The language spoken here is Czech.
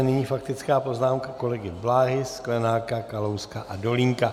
Nyní faktická poznámka kolegy Bláhy, Sklenáka, Kalouska a Dolínka.